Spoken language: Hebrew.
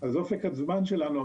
היום ט"ו בסיון התשפ"ב,